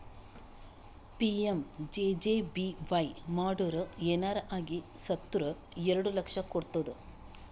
PMJJBY ಮಾಡುರ್ ಏನರೆ ಆಗಿ ಸತ್ತುರ್ ಎರಡು ಲಕ್ಷ ಕೊಡ್ತುದ್